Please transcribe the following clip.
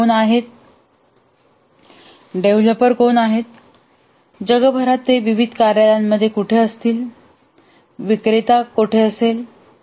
ते कोण आहे डेव्हलपर कोण आहेत जगभरात ते विविध कार्यालयांमध्ये कुठे असतील विक्रेता कोठे असेल